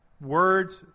words